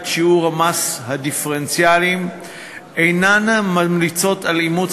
שיעורי המס הדיפרנציאליים אינן ממליצות על אימוץ